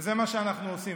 וזה מה שאנחנו עושים.